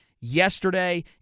yesterday